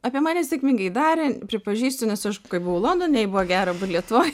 apie mane sėkmingai darė pripažįstu nes aš kai buvau londone jai buvo gera būt lietuvoj